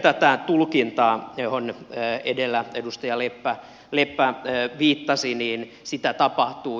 tätä tulkintaa johon edellä edustaja leppä viittasi tapahtuu